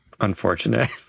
Unfortunate